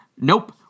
Nope